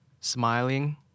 Smiling